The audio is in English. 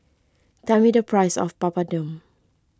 tell me the price of Papadum